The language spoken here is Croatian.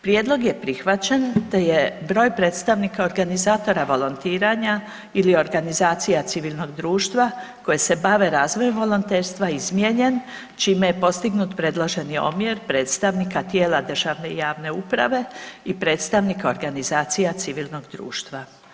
Prijedlog je prihvaćen, te je broj predstavnika organizatora volontiranja ili organizacija civilnog društva koje se bave volonterstvom izmijenjen, čime je postignut predloženi omjer predstavnika tijela državne i javne uprave i predstavnika organizacija civilnog društva.